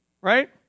Right